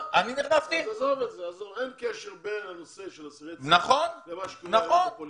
אין קשר בין אסירי ציון למערכת הפוליטית.